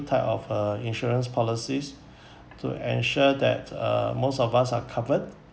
type of uh insurance policies to ensure that uh most of us are covered